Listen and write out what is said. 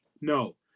No